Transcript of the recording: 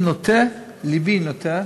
אני נוטה, לבי נוטה,